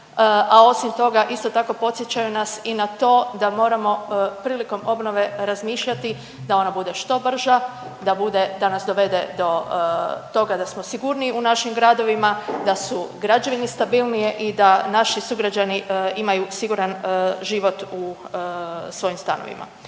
a osim toga isto tako podsjećaju nas i na to da moramo prilikom obnove razmišljati da ona bude što brža, da bude, da nas dovede do toga da smo sigurniji u našim gradovima, da su građevine stabilnije i da naši sugrađani imaju siguran život u svojim stanovima.